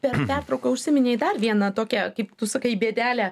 per pertrauką užsiminei dar vieną tokią kaip tu sakai bėdelę